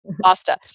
pasta